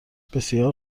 بسیار